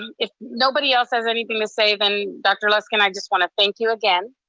um if nobody else has anything to say, then dr. luskin, i just wanna thank you again,